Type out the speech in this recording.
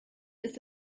ist